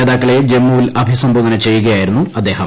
നേതാക്കളെ ജമ്മുവിൽ അഭിസംബോധന ചെയ്യുകയായിരുന്നു അദ്ദേഹം